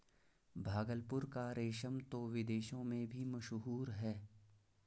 भागलपुर का रेशम तो विदेशों में भी मशहूर है